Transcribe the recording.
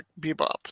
Bebop